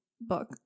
book